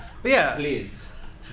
Please